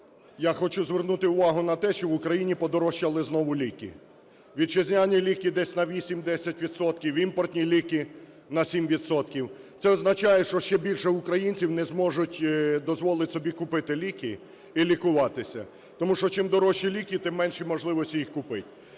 Я хочу звернути увагу на те, що в Україні подорожчали знову ліки: вітчизняні ліки десь на 8-10 відсотків, імпортні ліки на 7 відсотків. Це означає, що ще більше українців не зможуть собі дозволити купити ліки і лікуватися, тому що чим дорожчі ліки, тим менше можливості їх купить.